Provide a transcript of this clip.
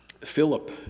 Philip